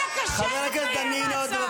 אבל מי האויב?